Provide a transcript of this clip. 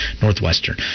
Northwestern